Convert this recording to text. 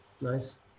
Nice